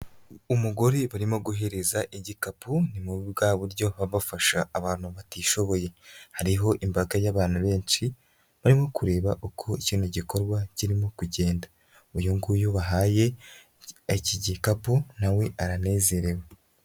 Umugore barimo guhereza igikapu ni muri bwa buryo baba bafasha abantu batishoboye hariho imbaga y'abantu benshi barimo kureba uko iki gikorwa kirimo kugenda uyu nguyu bahaye iki gikapu nawe aranezerewe.